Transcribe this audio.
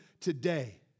today